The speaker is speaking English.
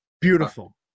beautiful